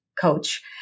coach